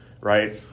right